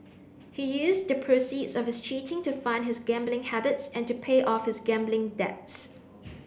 he used the proceeds of his cheating to fund his gambling habits and to pay off his gambling debts